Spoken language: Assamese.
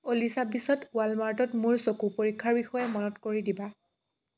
অ'লি চাব্বিছত ৱালমাৰ্টত মোৰ চকু পৰীক্ষাৰ বিষয়ে মনত কৰি দিবা